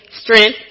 strength